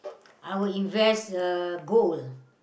I would invest uh gold